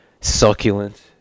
succulent